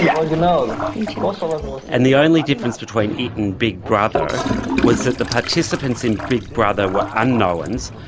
yeah you know the only ah sort of um and the only difference between it and big brother was that the participants in big brother were unknowns,